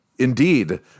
Indeed